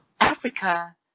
Africa